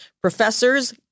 professors